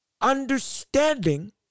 Understanding